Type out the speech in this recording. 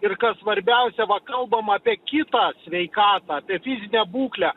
ir kas svarbiausia va kalbam apie kitą sveikatą apie fizinę būklę